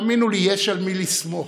תאמינו לי, יש על מי לסמוך,